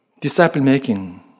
disciple-making